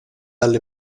alle